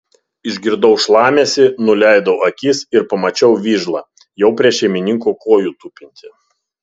išgirdau šlamesį nuleidau akis ir pamačiau vižlą jau prie šeimininko kojų tupintį